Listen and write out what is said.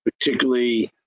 particularly